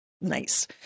Nice